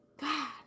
God